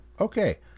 okay